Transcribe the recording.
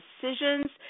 decisions